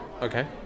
Okay